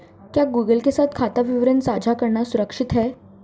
क्या गूगल के साथ खाता विवरण साझा करना सुरक्षित है?